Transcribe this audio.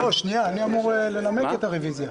לא, רגע, אני אמור לנמק את הרוויזיה.